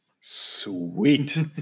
Sweet